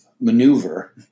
maneuver